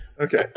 Okay